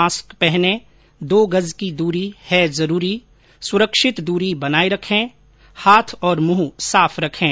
mask पहनें दो गज की दूरी है जरूरी सुरक्षित दूरी बनाए रखें हाथ और मुंह साफ रखें